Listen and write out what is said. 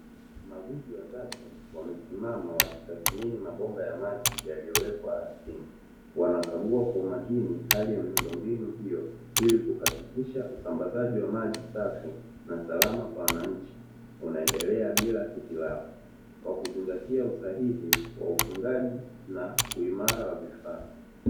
Magwiji watatu wamesimama wakitadhmini mabomba ya maji yaliyowekwa ardhini, wanakagua kwa umakini hali ya miundombinu hiyo ili kuhakikisha usambazaji wa maji safi na salama kwa wananchi unaendelea bila hitilafu, kwa kuzingatia usahihi kwa ufungaji na uimara wa vifaa